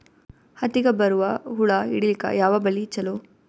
ಹತ್ತಿಗ ಬರುವ ಹುಳ ಹಿಡೀಲಿಕ ಯಾವ ಬಲಿ ಚಲೋ?